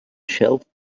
shelf